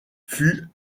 fut